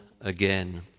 again